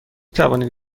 توانید